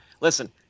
Listen